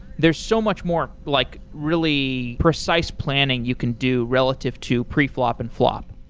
there's so much more like really precise planning you can do relative to pre-flop and flop.